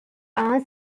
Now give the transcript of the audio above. are